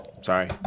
Sorry